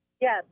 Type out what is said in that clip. Yes